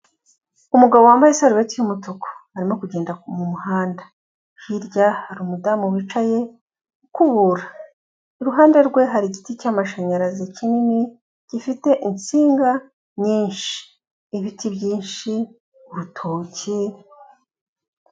Umugabo wambaye isaruti y'umutuku arimo kugenda mu muhanda, hirya hari umudamu wicaye ukubura, iruhande rwe hari igiti cyamashanyarazi kinini gifite insinga nyinshi, ibiti byinshi, urutoki.